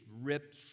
ripped